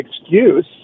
excuse